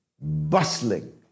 bustling